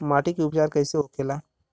माटी के उपचार कैसे होखे ला?